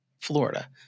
Florida